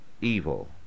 evil